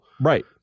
Right